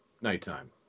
nighttime